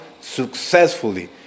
successfully